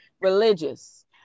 religious